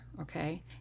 okay